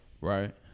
right